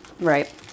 Right